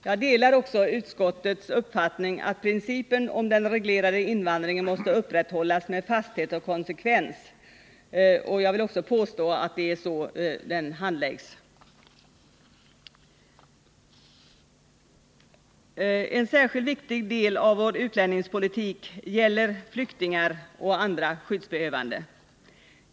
Jag delar också utskottets uppfattning att principen om den reglerade invandringen måste upprätthållas med fasthet och konsekvens. Jag vill också påstå att det är så invandringsärendena handläggs. En särskilt viktig del av vår utlänningspolitik gäller flyktingar och andra skyddsbehövande.